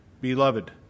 Beloved